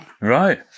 right